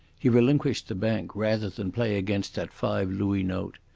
he relinquished the bank rather than play against that five-louis note.